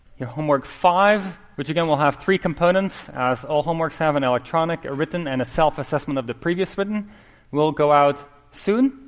your homework five which, again, will have three components, as all homeworks have an electronic, a written, and a self-assessment of the previous written will go out soon,